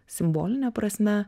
simboline prasme